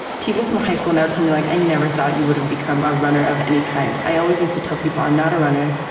people from high school now tell me, like i never thought you would have become a runner of any kind. i always used to tell people, i'm not a runner.